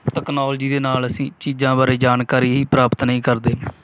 technology ਦੇ ਨਾਲ ਅਸੀਂ ਚੀਜ਼ਾਂ ਬਾਰੇ ਜਾਣਕਾਰੀ ਹੀ ਪ੍ਰਾਪਤ ਨਹੀਂ ਕਰਦੇ